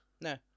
no